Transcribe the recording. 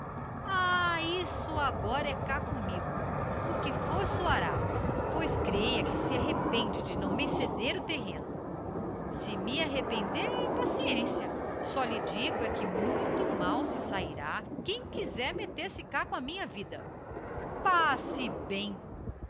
ah isso agora é cá comigo o que for soará pois creia que se arrepende de não me ceder o terreno se me arrepender paciência só lhe digo é que muito mal se sairá quem quiser meter-se cá com a minha vida passe bem